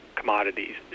commodities